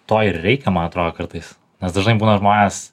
to ir reikia man atrodo kartais nes dažnai būna žmonės